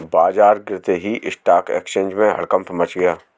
बाजार गिरते ही स्टॉक एक्सचेंज में हड़कंप मच गया